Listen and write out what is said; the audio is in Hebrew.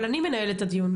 אבל אני מנהלת את הדיון,